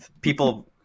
people